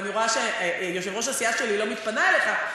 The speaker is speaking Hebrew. ואני רואה שיושבת-ראש הסיעה שלי לא מתפנה אליך,